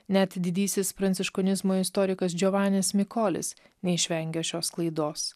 net didysis pranciškonizmo istorikas džiovanis mikolis neišvengė šios klaidos